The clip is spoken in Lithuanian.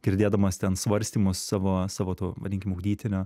girdėdamas ten svarstymus savo savo tų vadinkim ugdytinio